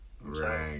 Right